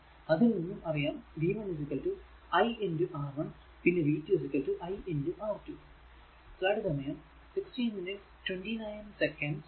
അതിൽ നിന്നും അറിയാം v 1 i R1 പിന്നെ v 2 i R2